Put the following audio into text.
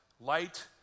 Light